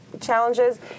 challenges